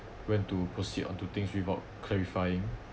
went to proceed onto things without clarifying